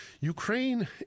Ukraine